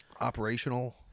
operational